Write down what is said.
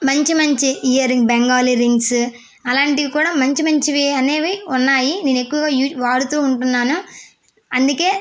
మంచి మంచి earring Bengali rings అలాంటివి కూడా మంచి మంచివి అనేవి ఉన్నాయి నేను ఎక్కువగా యూ వాడుతూ ఉంటాను అందుకే